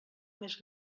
més